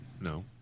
no